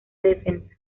defensa